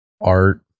art